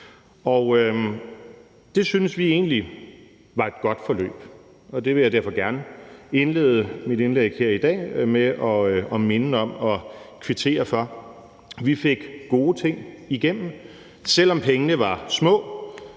Det syntes vi egentlig var et godt forløb, og det vil jeg derfor gerne indlede mit indlæg her i dag med at minde om og kvittere for. Vi fik gode ting igennem, selv om pengene var små.